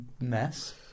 mess